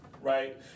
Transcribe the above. right